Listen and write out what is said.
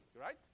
right